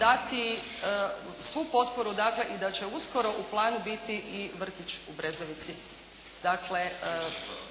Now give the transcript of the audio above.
dati svu potporu dakle i da će uskoro u planu biti i vrtić u Brezovici. … /Upadica se ne čuje./ …